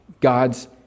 God's